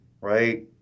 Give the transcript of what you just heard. right